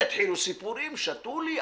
יתחילו סיפורים שתו לי,